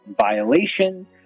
violation